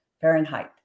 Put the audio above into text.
Fahrenheit